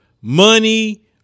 money